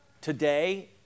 today